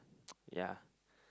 yeah